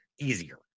easier